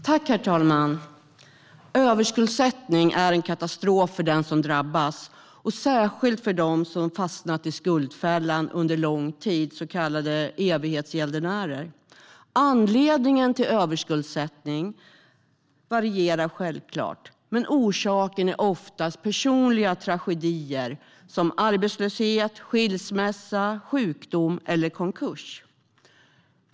Herr talman! Överskuldsättning är en katastrof för dem som drabbas och särskilt för dem som fastnar i skuldfällan under lång tid, så kallade evighetsgäldenärer. Anledningen till överskuldsättning varierar självklart, men orsaken är oftast personliga tragedier som arbetslöshet, skilsmässa, sjukdom eller konkurs.